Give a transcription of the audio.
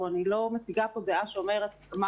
ואני לא מציגה פה דעה שמדברת על הסכמה